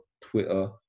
twitter